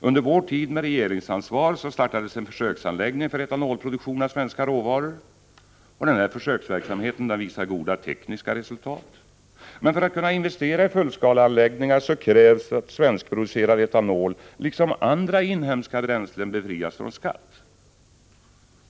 Under vår tid med regeringsansvar startades en försöksanläggning för etanolproduktion med svenska råvaror. Försöksverksamheten visar goda tekniska resultat. Men för att kunna investera i fullskaleanläggningar krävs att svenskproducerad etanol liksom andra inhemska bränslen befrias från skatt.